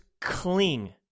cling